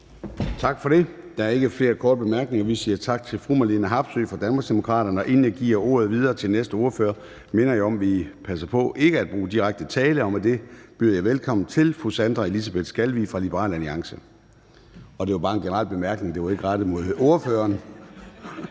Tak for det. Der er ikke flere korte bemærkninger. Vi siger tak til fru Marlene Harpsøe fra Danmarksdemokraterne, og inden jeg giver ordet videre til næste ordfører, minder jeg om, at vi passer på ikke at bruge direkte tiltale. Med det byder jeg velkommen til fru Sandra Elisabeth Skalvig fra Liberal Alliance. Det var bare en generel bemærkning, det var ikke rettet mod ordføreren.